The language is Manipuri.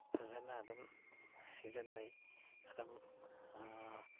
ꯐꯖꯅ ꯑꯗꯨꯝ ꯁꯤꯖꯟꯅꯩ ꯑꯗꯨꯝ